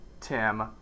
Tim